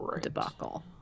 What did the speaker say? Debacle